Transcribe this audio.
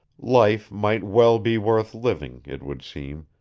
life might well be worth living, it would seem,